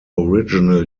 original